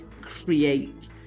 create